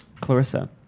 Clarissa